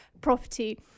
property